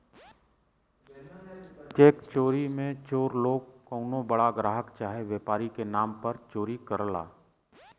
check चोरी मे चोर लोग कउनो बड़ा ग्राहक चाहे व्यापारी के नाम पर चोरी करला